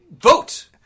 vote